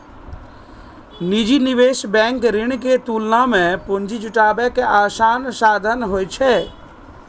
निजी निवेश बैंक ऋण के तुलना मे पूंजी जुटाबै के आसान साधन होइ छै